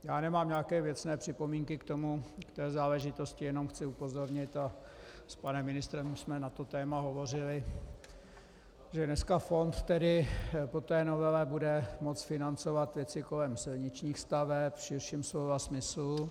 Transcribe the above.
Já nemám nějaké věcné připomínky k té záležitosti, jenom chci upozornit, a s panem ministrem už jsme na to téma hovořili, že dneska fond po té novele bude moci financovat věci kolem silničních staveb v širším slova smyslu.